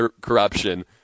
corruption